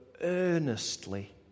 earnestly